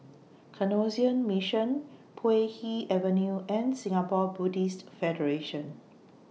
Canossian Mission Puay Hee Avenue and Singapore Buddhist Federation